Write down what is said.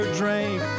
drank